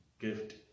gift